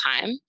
time